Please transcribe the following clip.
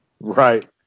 right